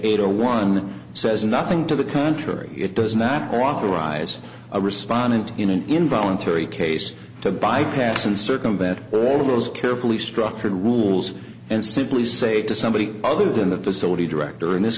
eight zero one says nothing to the contrary it does not authorize a respondent in an involuntary case to bypass and circumvent all of those carefully structured rules and simply say to somebody other than the facility director in this